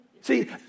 See